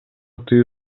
тыюу